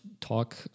talk